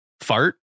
fart